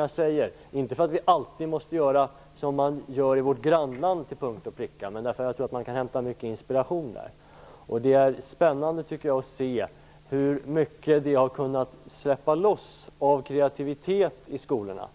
Jag säger det inte för att vi alltid måste göra som man gör i vårt grannland till punkt och pricka, men jag tror att man kan hämta mycket inspiration där. Det är spännande att se hur mycket som har kunnat släppas loss av kreativitet i skolorna,